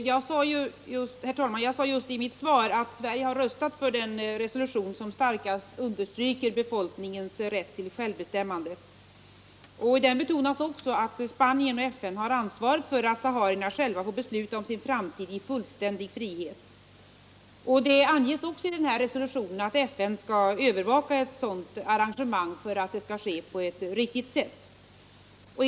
Herr talman! Jag nämnde just i mitt svar att Sverige har röstat för den resolution som starkast understryker befolkningens rätt till självbestämmande. I den resolutionen betonas också att Spanien och FN har ansvar för att saharierna själva får besluta om sin framtid i fullständig frihet. Det anges också i resolutionen att FN skall övervaka ett sådant arrangemang för att det skall genomföras på ett riktigt sätt.